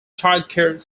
childcare